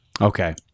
Okay